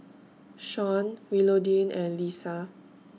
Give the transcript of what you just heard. Sean Willodean and Lesa